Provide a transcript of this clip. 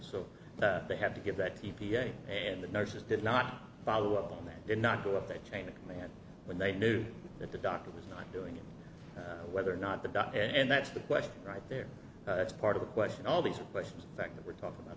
so they have to give that e p a and the nurses did not follow up on that did not go up that chain of command when they knew that the doctor was not doing it whether or not the doctor and that's the question right there that's part of the question all these questions that we're talking about